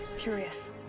curious.